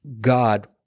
God